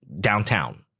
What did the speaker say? downtown